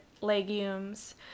legumes